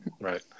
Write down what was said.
Right